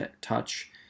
touch